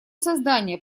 создание